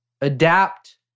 Adapt